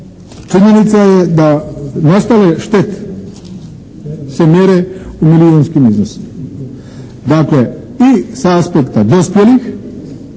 Činjenica je da nastale štete se mjere u milijunskim iznosima. Dakle, i sa aspekta dospjelih